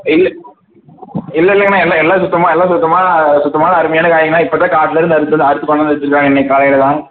இல்லை இல்லை இல்லைங்கண்ணா எல்லாம் எல்லாம் சுத்தமாக எல்லாம் சுத்தமாக சுத்தமான அருமையான காயிண்ணா இப்போ தான் காட்லருந்து அறுத்துகிட்டு வந்து அறுத்து கொண்டு வந்து வச்சுருக்காங்க இன்னைக்கு காலையில் தான்